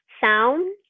sound